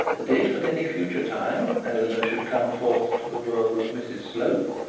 that if, at any future time, eleanor should come forth to the world as mrs slope,